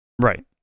right